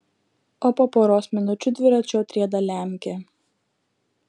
o po poros minučių dviračiu atrieda lemkė